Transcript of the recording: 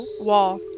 wall